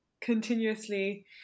continuously